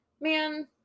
Man